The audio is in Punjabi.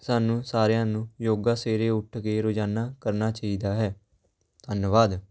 ਸਾਨੂੰ ਸਾਰਿਆਂ ਨੂੰ ਯੋਗਾ ਸਵੇਰੇ ਉੱਠਕੇ ਰੋਜ਼ਾਨਾ ਕਰਨਾ ਚਾਹੀਦਾ ਹੈ ਧੰਨਵਾਦ